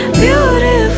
beautiful